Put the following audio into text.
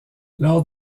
lors